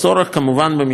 במשטר רוחות אחר,